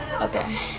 okay